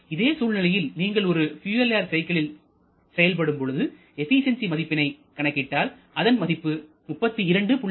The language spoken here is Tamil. இதே சூழ்நிலையில் நீங்கள் ஒரு பியூயல் ஏர் சைக்கிளில் செயல்படும் பொழுது எபிசென்சி மதிப்பினை கணக்கிட்டால் அதன் மதிப்பு 32